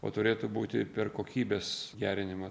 o turėtų būti per kokybės gerinimą